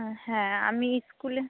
হ্যাঁ আমি স্কুলে